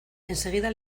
enseguida